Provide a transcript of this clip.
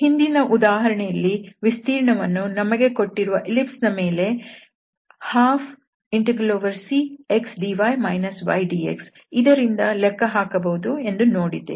ಹಿಂದಿನ ಉದಾಹರಣೆಯಲ್ಲಿ ವಿಸ್ತೀರ್ಣವನ್ನು ನಮಗೆ ಕೊಟ್ಟಿರುವ ಎಲ್ಲಿಪ್ಸ್ ನ ಮೇಲೆ 12Cxdy ydx ಇದರಿಂದ ಲೆಕ್ಕಹಾಕಬಹುದು ಎಂದು ನೋಡಿದ್ದೇವೆ